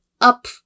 up